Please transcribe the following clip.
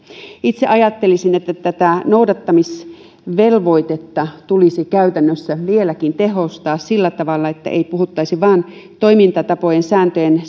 itse ajattelisin että tätä noudattamisvelvoitetta tulisi käytännössä vieläkin tehostaa sillä tavalla että ei vain puhuttaisi toimintatapojen sääntöjen